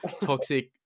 toxic